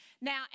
Now